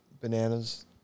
bananas